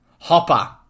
Hopper